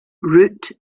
root